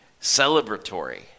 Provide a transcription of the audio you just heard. celebratory